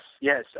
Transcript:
Yes